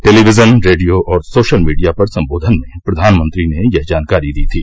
television radio और social media पर संबोधन में प्रधानमंत्री ने यह जानकारी दी थी